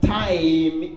time